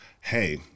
Hey